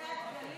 הדור,